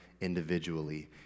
individually